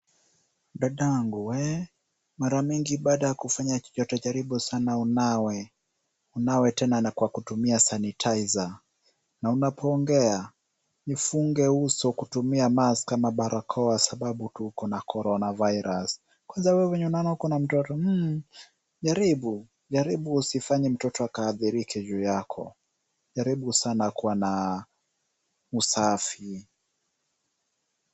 Dadangu we, mara nyingi baada ya kufanya kitu chochote jaribu sana unawe, unawe tena na kwa kutumia sanitizer , na unapoongea, jifunge uso kwa kutumia mask ama barakoa sababu tuko na Corona Virus. Kwanza wewe venye naona uko na mtoto, jaribu usifanye mtoto akaadhirike juu yako. Jaribu sana kuwa na usafi.